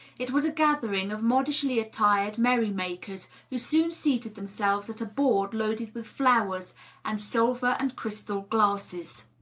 it was a gathering of modishly-attired merry makers who soon seated themselves at a board loaded with flowers and silver and crystal glasses.